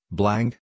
blank